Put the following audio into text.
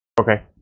okay